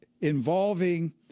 involving